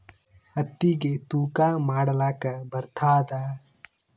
ಹತ್ತಿಗಿ ತೂಕಾ ಮಾಡಲಾಕ ಬರತ್ತಾದಾ?